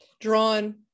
drawn